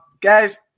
Guys